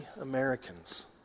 Americans